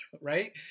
right